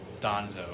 Donzo